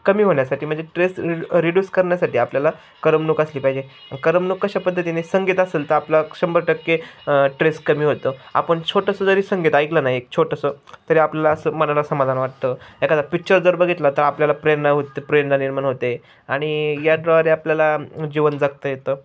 कमी होण्या्साठी म्हणजे ट्रेस र रिड्यूस करण्यासाठी आपल्याला करमणूक असली पाहिजे करमणूक कशा पद्धतीने संगीत असेल तर आपलं शंभर टक्के ट्रेस कमी होतं आपण छोटंसं जरी संगीत ऐकलं नाही एक छोटंसं तरी आपल्याला असं मनाला समाधान वाटतं एखादा पिकच्चर जर बघितला तर आपल्याला प्रेरणा होत प्रेरणा निर्माण होते आणि या द्वारे आपल्याला जीवन जगता येतं